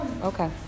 Okay